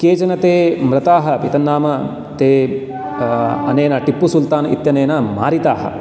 केचन ते मृताः अपि तन्नाम ते अनेन टिप्पुसुल्तान् इत्यनेन मारिताः